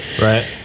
Right